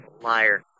Liar